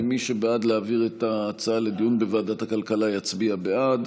מי שבעד להעביר את ההצעה לדיון בוועדת הכלכלה יצביע בעד,